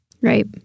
right